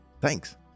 Thanks